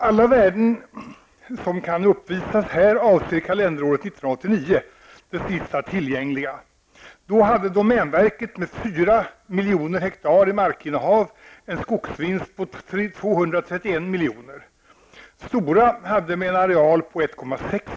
Alla värden som kan uppvisas här avser kalenderåret 1989 -- sista tillgängliga statistik gäller just det kalenderåret.